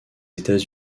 états